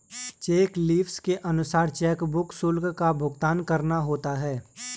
check leaves के अनुसार chequebook शुल्क का भुगतान करना होता है